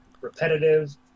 repetitive